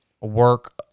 work